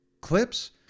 clips